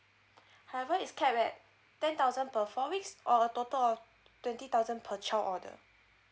however is kept that ten thousand per four weeks or a total of twenty thousand per child order